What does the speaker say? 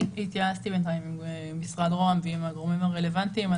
התייעצתי עם משרד ראש הממשלה ועם הגורמים הרלוונטיים.